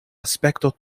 aspekto